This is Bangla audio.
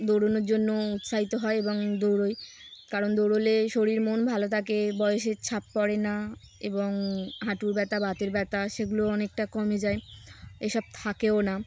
দৌড়নোর জন্য উৎসাহিত হয় এবং দৌড়োই কারণ দৌড়লে শরীর মন ভালো থাকে বয়সের ছাপ পড়ে না এবং হাঁটুর ব্যথা বাতের ব্যথা সেগুলো অনেকটা কমে যায় এসব থাকেও না